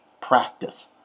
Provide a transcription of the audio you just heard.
practice